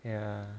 ya